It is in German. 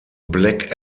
black